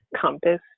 compass